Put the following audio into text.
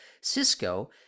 Cisco